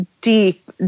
deep